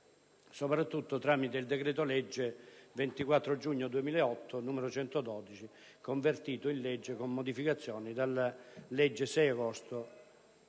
soprattutto tramite il decreto-legge 25 giugno 2008, n. 112, convertito in legge, con modificazioni, dalla legge 6 agosto